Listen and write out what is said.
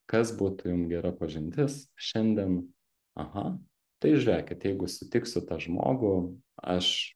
kas būtų jum gera pažintis šiandien aha tai žiūrėkit jeigu sutiksiu tą žmogų aš